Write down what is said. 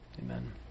amen